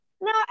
no